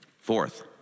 Fourth